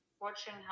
Watching